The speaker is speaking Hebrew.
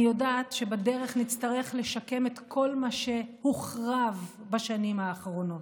אני יודעת שבדרך נצטרך לשקם את כל מה שהוחרב בשנים האחרונות.